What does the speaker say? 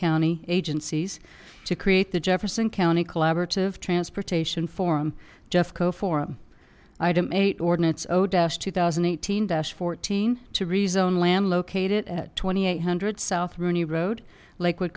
county agencies to create the jefferson county collaborative transportation forum jeffco for item eight ordinates zero dash two thousand eight hundred fourteen to rezone land located at twenty eight hundred south rooney road lakewood